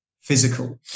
physical